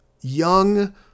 young